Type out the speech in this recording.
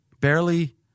barely